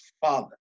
Father